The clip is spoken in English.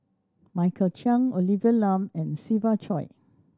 Michael Chiang Olivia Lum and Siva Choy